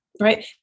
right